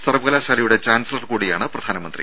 സർവ്വകലാശാലയുടെ ചാൻസലർ കൂടിയാണ് പ്രധാനമന്ത്രി